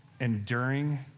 enduring